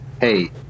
Hey